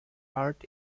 art